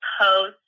post